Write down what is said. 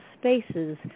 spaces